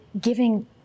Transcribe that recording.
giving